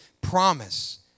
promise